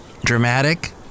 dramatic